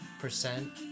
percent